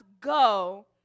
go